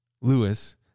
Lewis